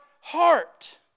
heart